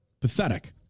Pathetic